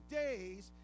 days